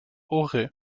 auray